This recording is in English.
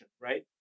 right